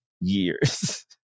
years